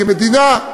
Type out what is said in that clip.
כמדינה,